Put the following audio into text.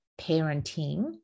parenting